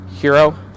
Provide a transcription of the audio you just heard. hero